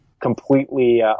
completely